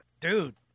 dude